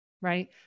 right